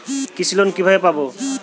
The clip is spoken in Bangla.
কৃষি লোন কিভাবে পাব?